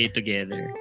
together